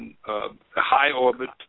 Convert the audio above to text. high-orbit